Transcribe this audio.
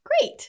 Great